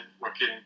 working